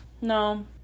no